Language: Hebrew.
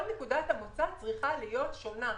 כל נקודת המוצא צריכה להיות שונה.